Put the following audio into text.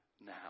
now